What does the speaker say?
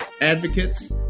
advocates